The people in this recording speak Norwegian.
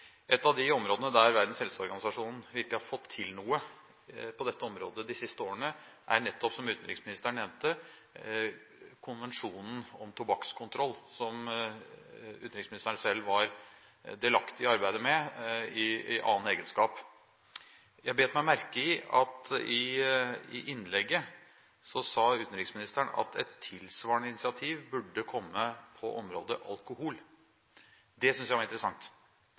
Et av de områdene der Verdens helseorganisasjon virkelig har fått til noe de siste årene, er nettopp, som utenriksministeren nevnte, konvensjonen om tobakkskontroll, som utenriksministeren selv var delaktig i arbeidet med, i annen egenskap. Jeg bet meg merke i at i innlegget sa utenriksministeren at et tilsvarende initiativ burde komme på området alkohol. Det syntes jeg var interessant,